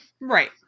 Right